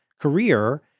career